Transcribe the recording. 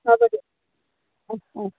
হ'ব দিয়া অ অ